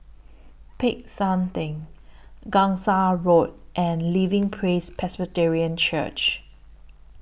Peck San Theng Gangsa Road and Living Praise Presbyterian Church